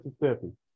Mississippi